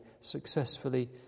successfully